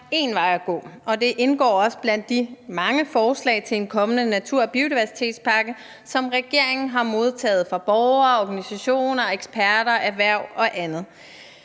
én vej at gå, og det indgår også blandt de mange forslag til en kommende natur- og biodiversitetspakke, som regeringen har modtaget fra borgere, organisationer, eksperter, erhverv og andet.